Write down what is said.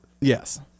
Yes